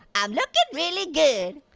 i'm looking really good.